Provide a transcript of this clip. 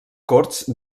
corts